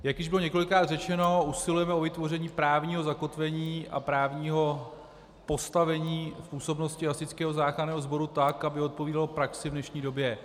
Jak již bylo několikrát řečeno, usilujeme o vytvoření právního zakotvení a právního postavení působnosti Hasičského záchranného sboru tak, aby odpovídalo praxi v dnešní době.